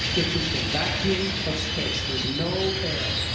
which is the vacuum of space. there's no air.